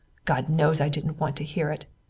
god knows i didn't want to hear it.